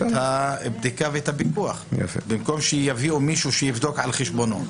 הבדיקה ואת הפיקוח במקום שיביאו מישהו שיבדוק על חשבונו.